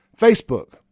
Facebook